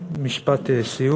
אני במשפט סיום.